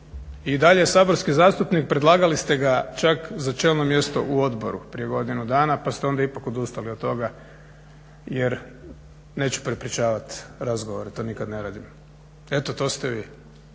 I dalje je saborski zastupnik, predlagali ste ga čak za čelno mjesto u odboru prije godinu dana pa ste onda ipak odustali od toga jer, neću prepričavat razgovore, to nikad ne radim. Eto to ste vi,